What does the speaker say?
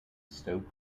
stoke